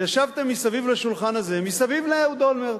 ישבתם מסביב לשולחן הזה, מסביב לאהוד אולמרט,